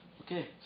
Okay